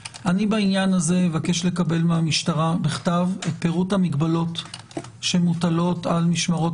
אבקש לבקש מהמשטרה בכתב את פירוט המגבלות שמוטלות על משמרות